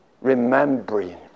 remembering